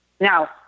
Now